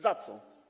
Za co?